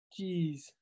Jeez